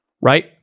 Right